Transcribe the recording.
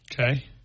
Okay